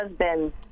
husband